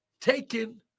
taken